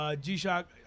G-Shock